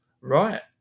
Right